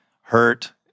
hurt